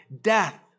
death